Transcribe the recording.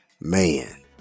Man